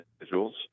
individuals